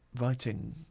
writing